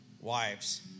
wives